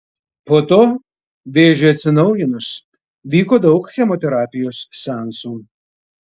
po to vėžiui atsinaujinus vyko daug chemoterapijos seansų